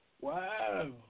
Wow